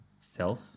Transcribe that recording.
self